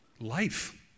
Life